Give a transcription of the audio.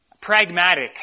pragmatic